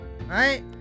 right